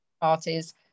parties